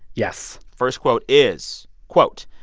yes first quote is, quote,